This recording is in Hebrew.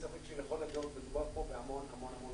ספק שלכל הדעות מדובר פה בהמון כסף.